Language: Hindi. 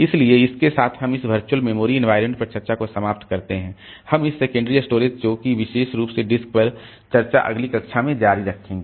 इसलिए इसके साथ हम इस वर्चुअल मेमोरी एनवायरमेंट पर चर्चा को समाप्त करते हैं हम इस सेकेंडरी स्टोरेज एक्सेस जो किविशेष रूप से डिस्क है पर चर्चा अगली कक्षा में जारी रखेंगे